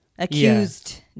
accused